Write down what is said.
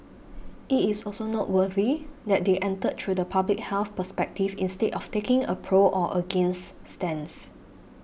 it is also noteworthy that they entered through the public health perspective instead of taking a pro or against stance